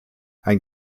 ein